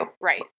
Right